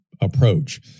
approach